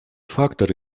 факторы